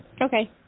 Okay